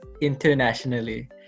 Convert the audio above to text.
internationally